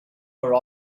were